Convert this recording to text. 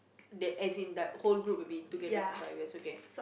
they as in like whole group will be together for five years okay